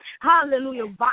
hallelujah